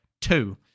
two